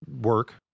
work